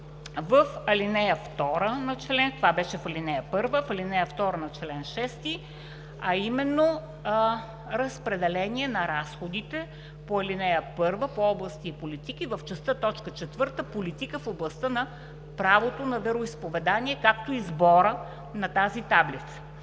в ал. 2 на чл. 6, а именно: Разпределение на разходите по ал. 1 по области и политики в частта т. 4 – Политика в областта на правото на вероизповедания, както и сбора на тази таблица.